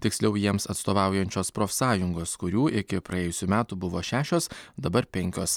tiksliau jiems atstovaujančios profsąjungos kurių iki praėjusių metų buvo šešios dabar penkios